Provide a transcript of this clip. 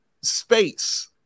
space